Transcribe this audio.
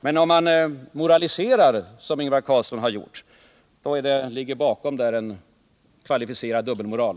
Men om man moraliserar, som Ingvar Carlsson har gjort, då ligger där bakom en kvalificerad dubbelmoral.